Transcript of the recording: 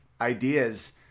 ideas